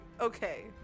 okay